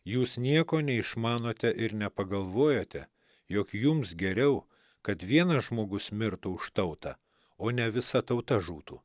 jūs nieko neišmanote ir nepagalvojote jog jums geriau kad vienas žmogus mirtų už tautą o ne visa tauta žūtų